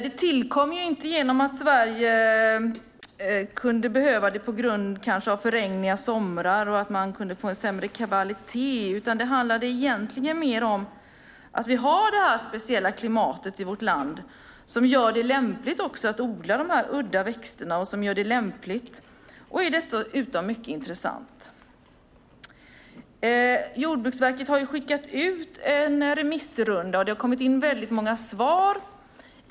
Det tillkom inte genom att Sverige kunde behöva det på grund av alltför regniga somrar och att man därför kunde få en sämre kvalitet, utan det handlade egentligen mer om att vi har detta speciella klimat i vårt land som gör det lämpligt att odla dessa udda växter. Det är dessutom mycket intressant. Jordbruksverket har skickat ut remisser på en runda. Det har kommit in många svar.